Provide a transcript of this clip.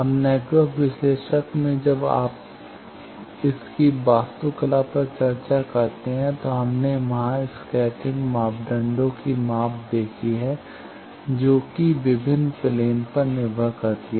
अब नेटवर्क विश्लेषक में जब आप इसकी वास्तुकला पर चर्चा करते हैं तो हमने वहाँ स्कैटरिंग मापदंडों की माप देखी है जो कि भिन्न प्लेन पर निर्भर है